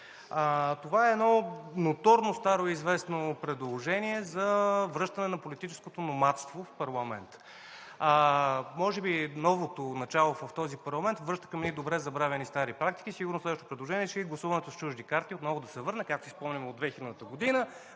Това е едно ноторно старо известно предложение за връщане на политическото номадство в парламента. Може би новото начало в този парламент връща към едни добре забравени стари практики. Сигурно следващото предложение ще е гласуването с чужди карти отново да се върне. Както си спомняме от 2000 г.,